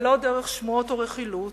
ולא דרך שמועות או רכילות,